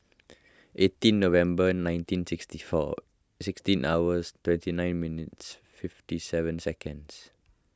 eighteen November nineteen sixty four sixteen hours twenty nine minutes fifty seven seconds